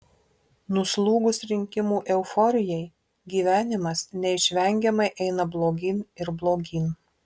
nuslūgus rinkimų euforijai gyvenimas neišvengiamai eina blogyn ir blogyn